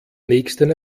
nächsten